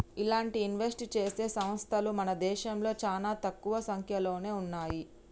ఇలాంటి ఇన్వెస్ట్ చేసే సంస్తలు మన దేశంలో చానా తక్కువ సంక్యలోనే ఉన్నయ్యి